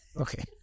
Okay